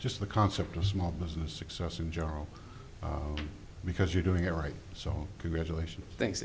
just the concept of small business success in general because you're doing it right so congratulations thanks